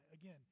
Again